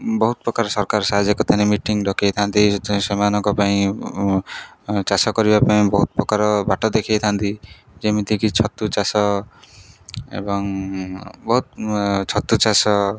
ବହୁତ ପ୍ରକାର ସରକାର ସାହାଯ୍ୟ କରିଥାନ୍ତି ମିଟିଙ୍ଗ ଡକାଇଥାନ୍ତି ସେମାନଙ୍କ ପାଇଁ ଚାଷ କରିବା ପାଇଁ ବହୁତ ପ୍ରକାର ବାଟ ଦେଖାଇଥାନ୍ତି ଯେମିତିକି ଛତୁ ଚାଷ ଏବଂ ବହୁତ ଛତୁ ଚାଷ